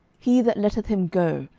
he that letteth him go,